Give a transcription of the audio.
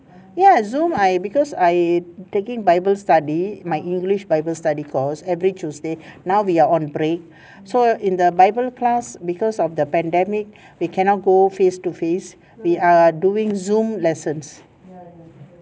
ya zoom I because I taking bible study my english bible study course every tuesday now we are on break so in the bible class because of the pandemic we cannot go face to face we are doing zoom lessons